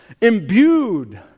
imbued